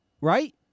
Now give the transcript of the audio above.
right